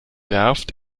werft